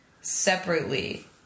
separately